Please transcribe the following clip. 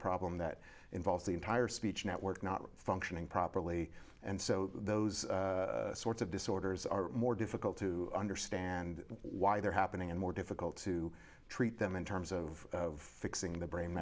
problem that involves the entire speech network not functioning properly and so those sorts of disorders are more difficult to understand why they're happening and more difficult to treat them in terms of fixing the brain